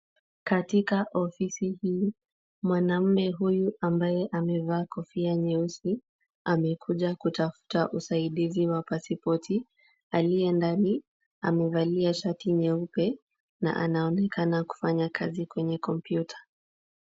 Katika ofisi hii, mwanaume huyu ambaye amevaa kofia nyeusi, amekuja kutafuta usaidizi wa pasipoti. Aliye ndani amevalia shati nyeupe na anaonekana akifanya kazi kwenye kompyuta.